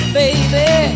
baby